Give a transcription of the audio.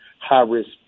high-risk